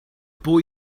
boy